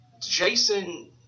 Jason